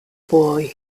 boy